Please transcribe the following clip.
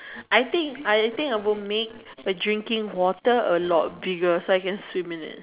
I think I think I will make drinking water a lot bigger so I can swim in it